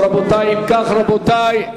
אם כך, רבותי,